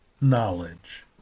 knowledge